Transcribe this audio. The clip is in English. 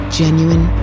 genuine